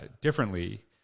differently